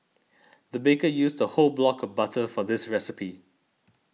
the baker used a whole block of butter for this recipe